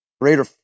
greater